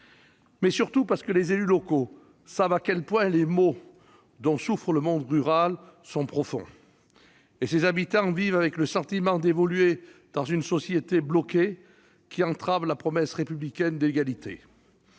et surtout, parce que les élus locaux savent à quel point les maux dont souffre le monde rural sont profonds. Et ses habitants vivent avec le sentiment d'évoluer dans une société bloquée, qui entrave la promesse républicaine d'égalité.